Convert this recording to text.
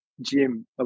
gym